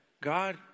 God